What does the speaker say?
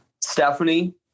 Stephanie